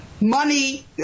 money